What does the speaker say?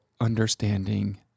understanding